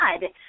God